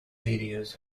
videos